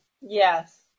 Yes